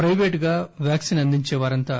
ప్రైవేటుగా వ్యాక్సిన్ అందించేవారంతా